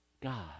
God